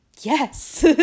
yes